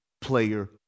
player